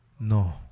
No